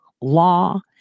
law